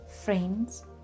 Friends